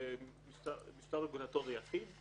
בשביל לקיים משטר רגולטורי אחיד,